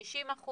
60%?